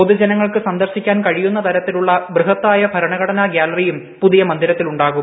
പൊതുജനങ്ങൾക്ക് സന്ദർശിക്കാൻ കഴിയുന്നതരത്തിലുള്ള ബൃഹത്തായ ഭരണഘടനാ ഗ്യാലറിയും പുതിയ മന്ദിരത്തിലുണ്ടാവും